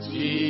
Jesus